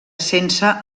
sense